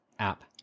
App